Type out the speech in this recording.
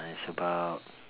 uh it's about